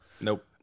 nope